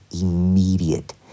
immediate